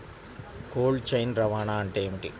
Cold chain రవాణా అంటే ఏమిటీ?